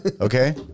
Okay